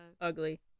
ugly